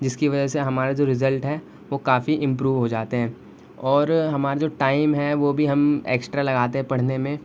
جس کی وجہ سے ہمارا جو رزلٹ ہے وہ کافی امپروو ہو جاتے ہیں اور ہمارا جو ٹائم ہے وہ بھی ہم ایکسٹرا لگاتے ہیں پڑھنے میں